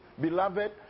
beloved